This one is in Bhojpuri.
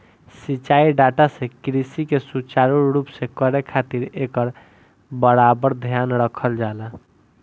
सिंचाई डाटा से कृषि के सुचारू रूप से करे खातिर एकर बराबर ध्यान रखल जाला